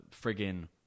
friggin